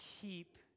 keep